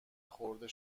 خورد